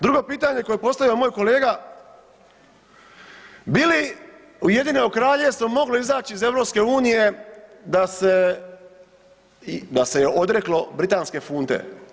Drugo pitanje koje je postavio moj kolega bi li Ujedinjeno Kraljevstvo moglo izaći iz EU da se, da se je odreklo britanske funte?